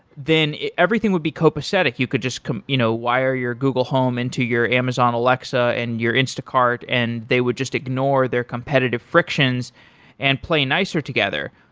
then everything would be copacetic. you could just you know wire your google home into your amazon alexa and your instacart and they would just ignore their competitive frictions and play nicer together.